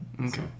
Okay